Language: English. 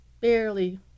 Barely